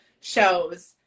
shows